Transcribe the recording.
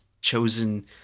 chosen